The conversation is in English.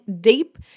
deep